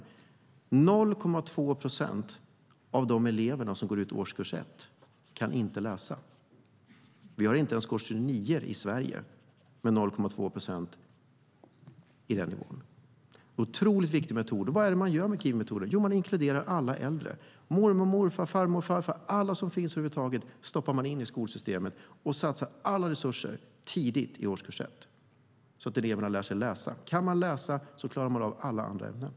Endast 0,2 procent av eleverna som går ut årskurs 1 kan inte läsa. Den siffran har vi inte ens i årskurs 9 i Sverige. Vad gör man i kiwimetoden? Jo, man inkluderar alla äldre. Mormor och morfar, farmor och farfar, ja, alla som finns stoppar man in i skolsystemet och satsar alla resurser redan i årskurs 1 så att eleverna lär sig att läsa. Kan de läsa klarar de av alla andra ämnen.